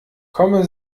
kommen